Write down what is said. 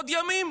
עוד יומיים